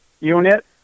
unit